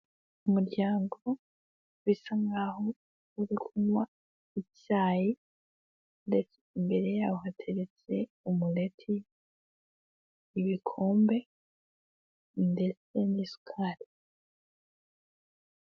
Umuryango bisa nkaho uri kunywa mu icyayi ndetse imbere yawo hateretse umuleti ibikombe ndetse n'isukari.